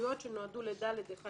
ההסתייגויות שנועדו ל-(ד) 1,